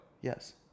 Yes